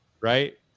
right